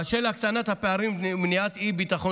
באשר להקטנת הפערים ומניעת אי-ביטחון